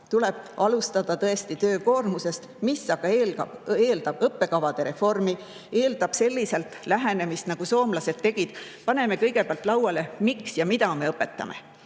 Tuleb alustada tõesti töökoormusest, see aga eeldab õppekavade reformi, eeldab selliselt lähenemist, nagu soomlased tegid. Paneme kõigepealt lauale, miks ja mida me õpetame,